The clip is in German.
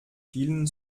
vielen